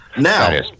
Now